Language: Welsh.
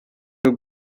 nhw